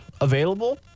available